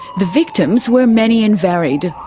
the victims were many and varied.